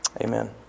Amen